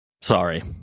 Sorry